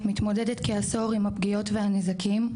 מתמודדת כעשור עם הפגיעות והנזקים,